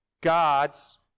gods